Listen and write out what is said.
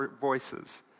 voices